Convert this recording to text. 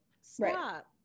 stop